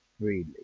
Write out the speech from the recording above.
freely